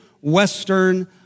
Western